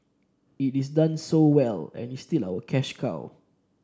it is done so well and is still our cash cow